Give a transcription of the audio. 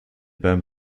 beim